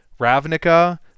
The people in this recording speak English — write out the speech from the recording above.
Ravnica